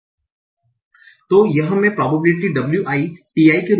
तो यह मैं प्रोबेबिलिटी wi ti के रूप में सरल कर सकता हूं